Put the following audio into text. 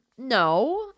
No